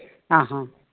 आं हां